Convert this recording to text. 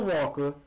Walker